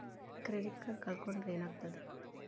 Credit card ಕಳ್ಕೊಂಡ್ರ್ ಏನಾಗ್ತದ?